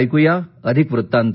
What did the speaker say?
ऐकूया अधिक वृत्तांत